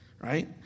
Right